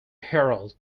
herald